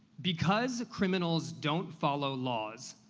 because criminals don't follow laws,